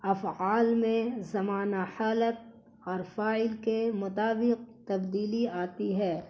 افعال میں زمانہ حالت اور فاعل کے مطابق تبدیلی آتی ہے